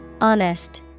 Honest